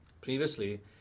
Previously